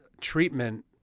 treatment